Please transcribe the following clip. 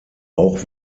auch